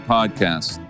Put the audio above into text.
Podcast